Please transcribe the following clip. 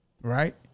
right